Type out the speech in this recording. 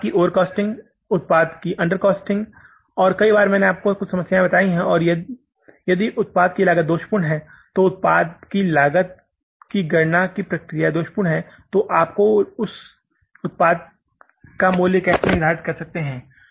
उत्पाद की ओवरकॉस्टिंग उत्पाद की अंडरकॉस्टिंग और कई बार मैंने आपको बताई समस्याएं हैं कि यदि उत्पाद की लागत दोषपूर्ण है तो उत्पाद की लागत की गणना करने की प्रक्रिया दोषपूर्ण है तो आप उत्पाद का मूल्य निर्धारण कैसे कर सकते हैं